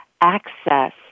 access